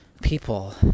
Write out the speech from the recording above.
people